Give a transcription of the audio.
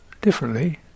differently